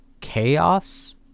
chaos